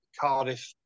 Cardiff